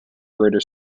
greater